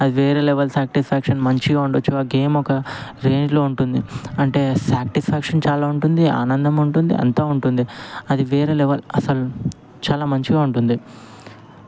అది వేరే level satisfaction మంచిగా ఉండొచ్చు ఆ గేమ్ ఒక రేంజ్లో ఉంటుంది అంటే సాటిస్ఫ్యాక్షన్ చాలా ఉంటుంది ఆనందం ఉంటుంది అంతా ఉంటుంది అది వేరే లెవల్ అసలు చాలా మంచిగా ఉంటుంది